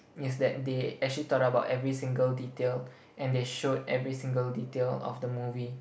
is that they actually thought about every single detail and they showed every single detail of the movie